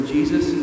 Jesus